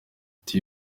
ati